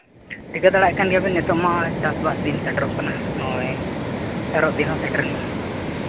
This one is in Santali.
ᱴᱷᱤᱠᱟᱹ ᱫᱟᱲᱮᱭᱟᱜ ᱠᱟᱱ ᱜᱮᱭᱟᱵᱤᱱ ᱱᱤᱛᱚᱜ ᱢᱟ ᱪᱟᱥᱵᱟᱥ ᱫᱤᱱ ᱥᱮᱴᱮᱨᱚᱜ ᱠᱟᱱᱟ ᱱᱚᱜᱼᱚᱭ ᱮᱨᱚᱜ ᱫᱤᱱ ᱦᱚᱸ ᱥᱮᱴᱮᱨᱮᱱᱟ